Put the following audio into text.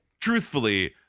Truthfully